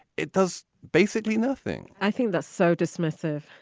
it does basically nothing i think that's so dismissive.